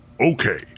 Okay